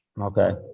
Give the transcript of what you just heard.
Okay